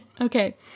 Okay